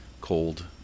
cold